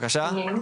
ארבל.